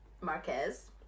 Marquez